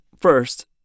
first